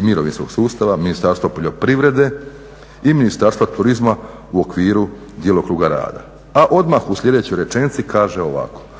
mirovinskog sustava, Ministarstva poljoprivrede i Ministarstva turizma u okviru djelokruga rada, a odmah u sljedećoj rečenici kaže ovako.